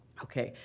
ok.